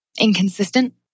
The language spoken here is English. inconsistent